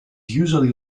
usually